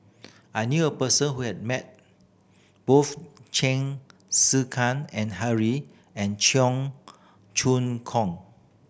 I knew a person who has met both Chen Kezhan and Henri and Cheong Choong Kong